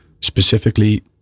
specifically